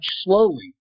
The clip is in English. slowly